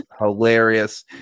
hilarious